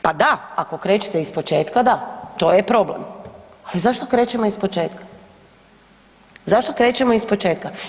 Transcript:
Pa da, ako krećete iz početka da, to je problem, ali zašto krećemo iz početka, zašto krećemo iz početka?